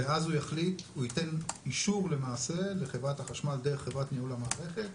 ואז הוא ייתן אישור למעשה לחברת החשמל דרך חברת ניהול המערכת,